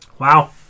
Wow